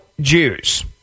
Jews